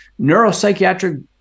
neuropsychiatric